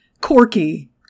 Corky